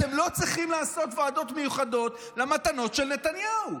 אתם לא צריכים לעשות ועדות מיוחדות למתנות של נתניהו,